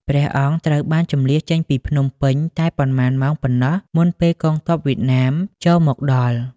ព្រះអង្គត្រូវបានជម្លៀសចេញពីភ្នំពេញតែប៉ុន្មានម៉ោងប៉ុណ្ណោះ មុនពេលកងទ័ពវៀតណាមចូលមកដល់។